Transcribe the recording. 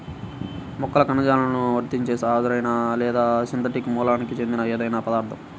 మొక్కల కణజాలాలకు వర్తించే సహజమైన లేదా సింథటిక్ మూలానికి చెందిన ఏదైనా పదార్థం